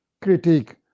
critique